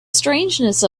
strangeness